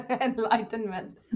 enlightenment